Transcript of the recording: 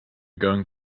going